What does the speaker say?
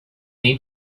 need